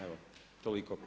Evo toliko.